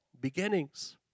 beginnings